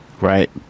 right